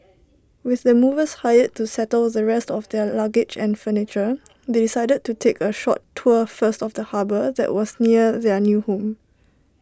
with the movers hired to settle the rest of their luggage and furniture they decided to take A short tour first of the harbour that was near their new home